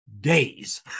days